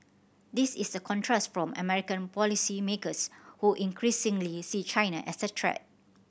this is a contrast from American policymakers who increasingly see China as a threat